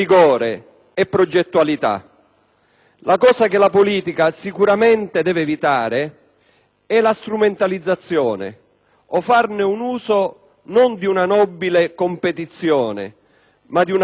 La cosa che la politica deve sicuramente evitare è la strumentalizzazione o farne un uso non di una nobile competizione, ma di una bassa battaglia politica: